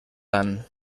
dan